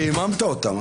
מי שמדבר.